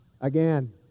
again